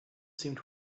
seemed